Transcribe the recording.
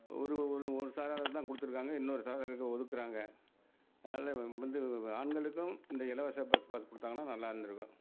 ஒரு ஒன்று ஒன்று ஒரு சாகாருக்கு தான் கொடுத்துருக்காங்க இன்னோரு சாகாருக்கு ஒதுக்கிறாங்க அதனால வந்து ஆண்களுக்கும் இந்த இலவச பஸ் பாஸ் கொடுத்தாங்கன்னா நல்லா இருந்துருக்கும்